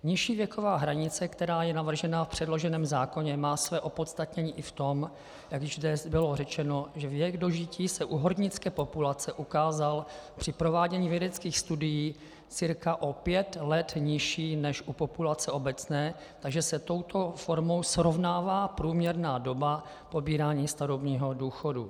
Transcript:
Nižší věková hranice, která je navržena v předloženém zákoně, má své opodstatnění i v tom, jak již zde bylo řečeno, že věk dožití se u hornické populace ukázal při provádění vědeckých studií cca o 5 let nižší než u populace obecné, takže se touto formou srovnává průměrná doba pobírání starobního důchodu.